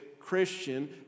Christian